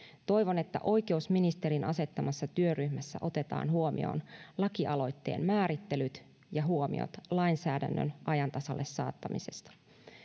toivon että oikeusministerin asettamassa työryhmässä otetaan huomioon lakialoitteen määrittelyt ja huomiot lainsäädännön ajan tasalle saattamisesta